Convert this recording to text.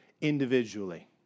individually